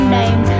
name